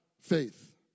faith